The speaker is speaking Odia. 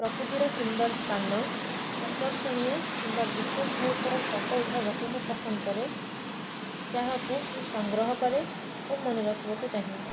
ପ୍ରକୃତିର ସୁନ୍ଦର ସ୍ଥାନ ଆକର୍ଷଣୀୟ କିମ୍ବା ବିଶେଷ ମୁହୂର୍ତ୍ତର ଫଟୋ ଉଠାଇବାକୁ ମୁଁ ପସନ୍ଦ କରେ ଯାହାକୁ ମୁଁ ସଂଗ୍ରହ କରେ ଓ ମନେ ରଖିବାକୁ ଚାହେଁ